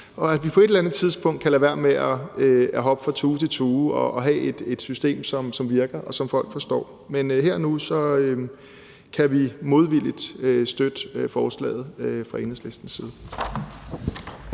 og vi på et eller andet tidspunkt kan lade være med at hoppe fra tue til tue, og at vi kan have et system, som virker, og som folk forstår. Men her og nu kan vi modvilligt støtte forslaget fra Enhedslistens side.